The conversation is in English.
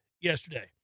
yesterday